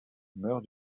meurt